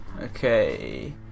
Okay